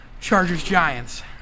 Chargers-Giants